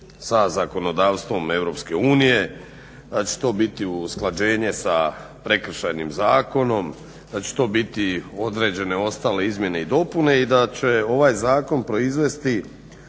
sa zakonodavstvom Europske unije, da će to biti usklađenje sa Prekršajnim zakonom, da će to biti određene ostale izmjene i dopune i da će ovaj zakon proizvesti,